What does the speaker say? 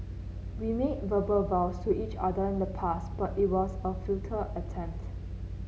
we made verbal vows to each other in the past but it was a futile attempt